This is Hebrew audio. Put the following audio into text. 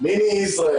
מיני ישראל,